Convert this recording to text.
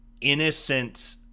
innocent